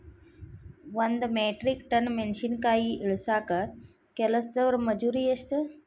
ಒಂದ್ metric ton ಮೆಣಸಿನಕಾಯಿ ಇಳಸಾಕ್ ಕೆಲಸ್ದವರ ಮಜೂರಿ ಎಷ್ಟ?